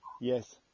Yes